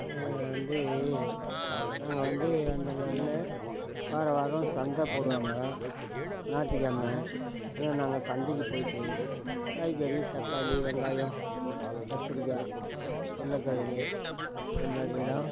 வந்து நாங்கள் வந்து அந்த நாளில் வாரம் வாரம் சந்தை போடுவாங்க ஞாயித்துக்கிழம நாங்கள் சந்தைக்கு போயிட்டு காய்கறி தக்காளி வெங்காயம் கத்திரிக்காய் உருளைக்கிழங்கு இதுமாதிரிலாம்